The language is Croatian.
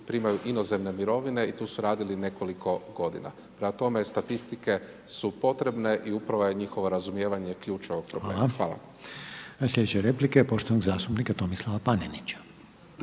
primaju inozemne mirovine i tu su radile nekoliko godina. Prema tome, statistike su potrebne i upravo je njihovo razumijevanje ključ ovog problema. Hvala. **Reiner, Željko (HDZ)** Hvala. Sljedeća replika je poštovanog zastupnika Tomislava Panenića.